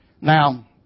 Now